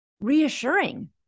reassuring